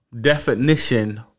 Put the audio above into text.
definition